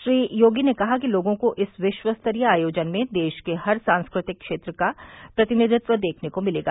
श्री योगी ने कहा कि लोगों को इस विश्वस्तरीय आयोजन में देश के हर सांस्कृतिक क्षेत्र का प्रतिनिधित्व देखने को मिलेगा